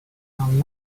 found